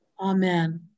Amen